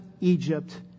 Egypt